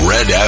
Red